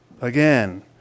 Again